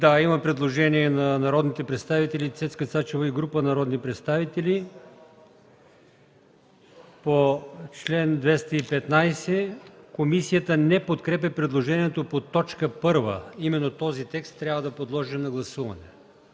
Има предложение на народния представител Цецка Цачева и група народни представители по чл. 215. Комисията не подкрепя предложението по т. 1. Именно този текст трябва да подложим на гласуване.